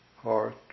heart